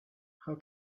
how